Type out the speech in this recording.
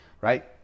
right